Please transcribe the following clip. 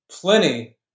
plenty